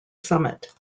summit